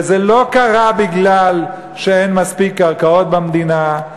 וזה לא קרה מפני שאין מספיק קרקעות במדינה,